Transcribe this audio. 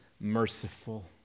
merciful